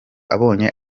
abonye